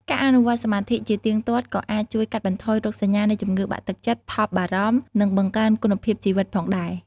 ការអនុវត្តន៍សមាធិជាទៀងទាត់ក៏អាចជួយកាត់បន្ថយរោគសញ្ញានៃជំងឺបាក់ទឹកចិត្ត ថប់បារម្ភ និងបង្កើនគុណភាពជីវិតផងដែរ។